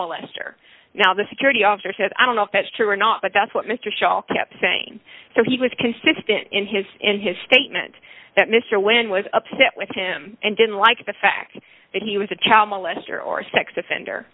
molester now the security officer said i don't know if it's true or not but that's what mr shaw kept saying so he was consistent in his in his statement that mr wynn was upset with him and didn't like the fact that he was a child molester or a sex offender